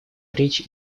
речь